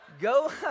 go